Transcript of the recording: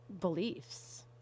beliefs